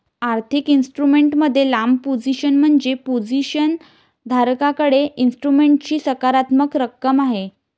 आर्थिक इन्स्ट्रुमेंट मध्ये लांब पोझिशन म्हणजे पोझिशन धारकाकडे इन्स्ट्रुमेंटची सकारात्मक रक्कम आहे